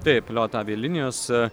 taip liot avialinijos